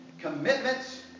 commitments